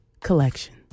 collection